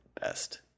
best